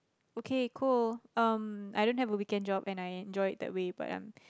okay cool um I don't have a weekend job and I enjoy it that way but um